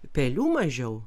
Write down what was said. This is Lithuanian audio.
pelių mažiau